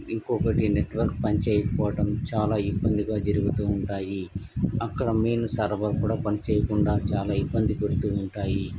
ఇంకొకటి నెట్వర్క్ పని చేయకపోవటం చాలా ఇబ్బందిగా జరుగుతూ ఉంటాయి అక్కడ మెయిన్ సర్వర్ కూడా పని చేయకుండా చాలా ఇబ్బంది పెడుతూ ఉంటాయి